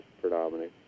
predominant